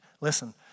listen